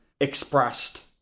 expressed